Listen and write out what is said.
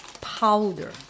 powder